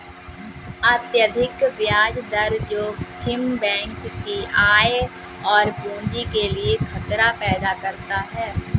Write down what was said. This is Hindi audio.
अत्यधिक ब्याज दर जोखिम बैंक की आय और पूंजी के लिए खतरा पैदा करता है